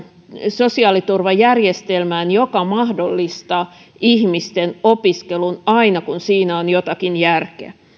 sosiaaliturvajärjestelmään joka mahdollistaa ihmisten opiskelun aina kun siinä on jotakin järkeä